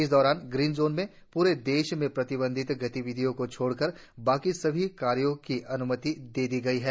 इस दौरान green zone में पूरे देश में प्रतिबंधित गतिविधियों को छोड़कर बाकी सभी कार्यों की अनुमति दे दी गई है